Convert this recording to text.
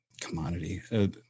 commodity